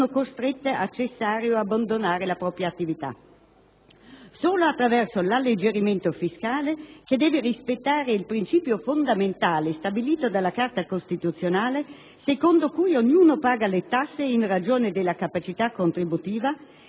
costrette a cessare o ad abbandonare la propria attività. Solo attraverso l'alleggerimento fiscale, che deve rispettare il principio fondamentale stabilito dalla Carta costituzionale, secondo cui ognuno paga le tasse in ragione della capacità contributiva,